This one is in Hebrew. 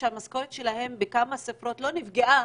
שהמשכורת שלהם בעלת כמה ספרות לא נפגעה,